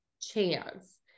chance